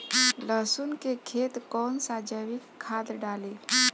लहसुन के खेत कौन सा जैविक खाद डाली?